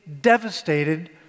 devastated